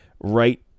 right